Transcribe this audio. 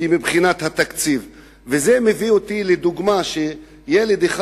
בגלל התקציב שיש להם.